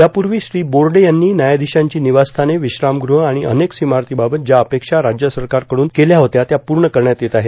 यापूर्वी श्री बोर्डे यांनी व्यायाधीशांची निवासस्थाने विश्रामगृह आणि अनेक्स इमारतीबाबत ज्या अपेक्षा राज्य सरकारकडून केल्या होत्या त्या पूर्ण करण्यात येत आहेत